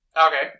Okay